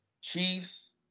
Chiefs